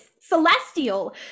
celestial